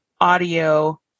audio